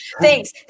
Thanks